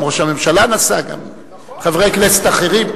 גם ראש הממשלה נסע, גם חברי כנסת אחרים.